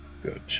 Good